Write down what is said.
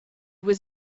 was